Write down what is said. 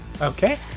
okay